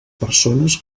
persones